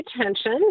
attention